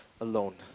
alone